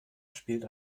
spielt